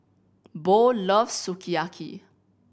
Bo loves Sukiyaki